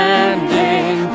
ending